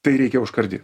tai reikia užkardyt